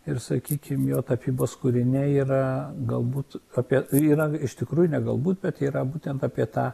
ir sakykim jo tapybos kūriniai yra galbūt apie ir yra iš tikrųjų ne galbūt bet yra būtent apie tą